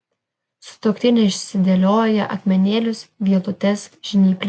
sutuoktinė išsidėlioja akmenėlius vielutes žnyples